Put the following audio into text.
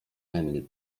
emil